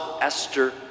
Esther